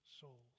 souls